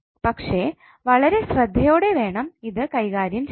പക്ഷേ വളരെ ശ്രദ്ധയോടെ വേണം ഇത് കൈകാര്യം ചെയ്യാൻ